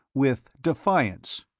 with defiance,